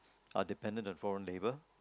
are dependent on foreign labour